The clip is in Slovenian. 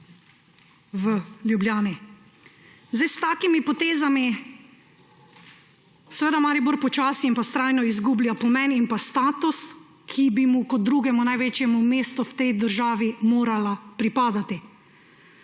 v Ljubljani. S takimi potezami seveda Maribor počasi in vztrajno izgublja pomen in status, ki bi mu kot drugemu največjemu mestu v tej državi morala pripadati,